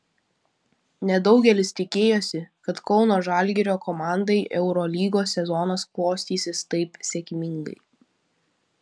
nedaugelis tikėjosi kad kauno žalgirio komandai eurolygos sezonas klostysis taip sėkmingai